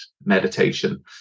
meditation